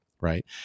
right